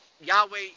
Yahweh